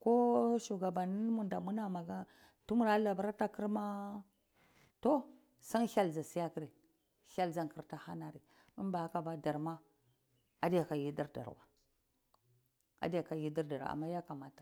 koh shugabanimu da muna magana tumura labar ata kirma tohi shan hyel dza siya kiri hyel dzakirfi ahaniari in bahaka ba darma adiyaka yidir dar wai adiyaka yidirdar